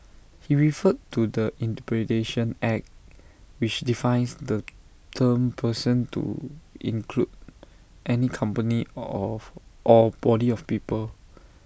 he referred to the interpretation act which defines the term person to include any company of or body of people